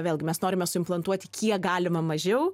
vėlgi mes norime suimplantuoti kiek galima mažiau